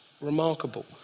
remarkable